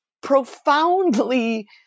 profoundly